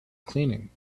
cleaning